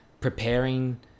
preparing